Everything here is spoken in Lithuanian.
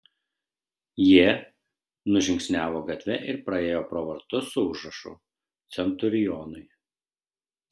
jie nužingsniavo gatve ir praėjo pro vartus su užrašu centurionai